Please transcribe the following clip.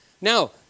Now